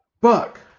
Buck